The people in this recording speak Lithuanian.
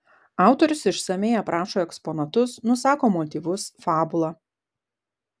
autorius išsamiai aprašo eksponatus nusako motyvus fabulą